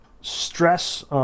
stress